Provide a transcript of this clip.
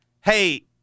hey